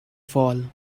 fall